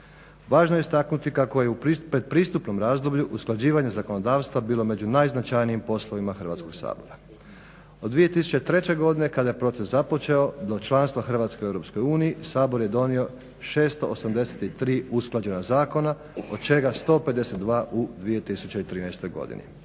Važno je istaknuti kako je u pretpristupnom razdoblju usklađivanje zakonodavstva bilo među najznačajnijim poslovima Hrvatskog sabora. Od 2003. godine kada je proces započeo do članstva Hrvatske u EU, Sabor je donio 683 usklađena zakona od čega 152 u 2013. godini.